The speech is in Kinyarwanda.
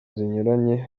zinyuranye